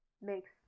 makes